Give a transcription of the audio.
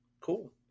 Cool